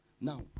Now